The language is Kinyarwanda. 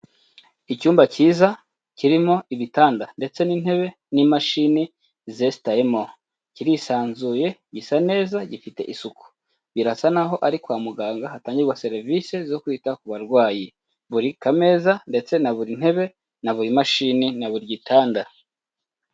Icyumba cyiza kirimo ibitanda ndetse n'intebe n'imashini zesitayemo, kirisanzuye gisa neza, gifite isuku birasa n'aho ari kwa muganga hatangirwa serivisi zo kwita ku barwayi buri kameza ndetse na buri ntebe na buri mashini na buri gitanda.